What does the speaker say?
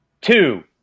two